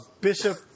Bishop